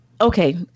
Okay